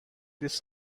this